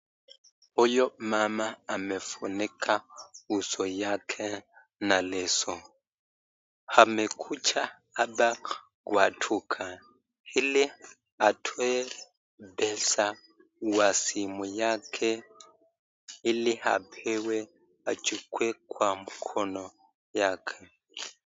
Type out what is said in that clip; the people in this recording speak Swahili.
Huyu mama amefunika uso yake na leso. Amekuja hapa kwa duka ili atoe pesa kwa simu yake ili apewe achukue kwa mkono yake.